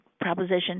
proposition